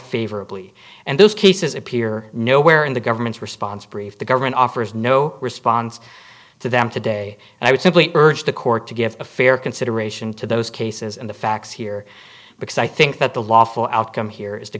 favorably and those cases appear nowhere in the government's response brief the government offers no response to them today and i would simply urge the court to give a fair consideration to those cases and the facts here because i think that the lawful outcome here is t